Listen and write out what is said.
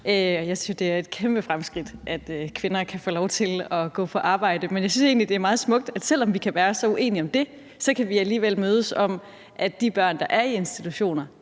Jeg synes, det er et kæmpe fremskridt, at kvinder kan få lov til at gå på arbejde. Men jeg synes egentlig, det er meget smukt, at selv om vi kan være så uenige om det, så kan vi alligevel mødes om, at de børn, der er i institutioner,